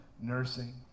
nursing